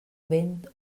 vent